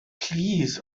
plîs